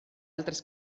altres